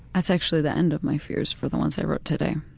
that's actually the end of my fears for the ones i wrote today.